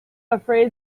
afraid